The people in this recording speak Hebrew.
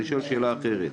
אני שואל שאלה אחרת.